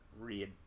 read